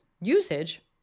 usage